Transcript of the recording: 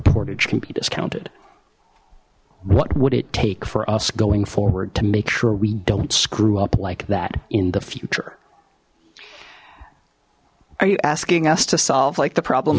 portage can be discounted what would it take for us going forward to make sure we don't screw up like that in the future are you asking us to solve like the problem